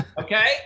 Okay